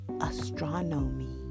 Astronomy